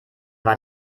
war